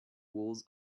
walls